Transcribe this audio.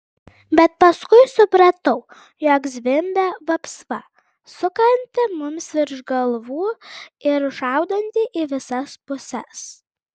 bet paskui supratau jog zvimbia vapsva sukanti mums virš galvų ir šaudanti į visas puses